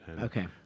Okay